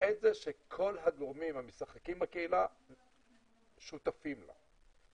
למעט זה שכל הגורמים המשחקים בקהילה שותפים לו.